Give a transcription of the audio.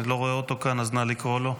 אני לא רואה אותו כאן, אז נא לקרוא לו.